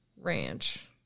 Ranch